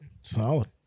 Solid